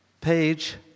page